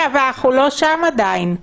אבל אנחנו עוד לא שם עדיין.